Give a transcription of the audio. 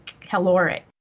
caloric